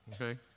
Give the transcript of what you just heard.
okay